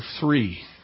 three